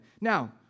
Now